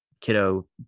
Kiddo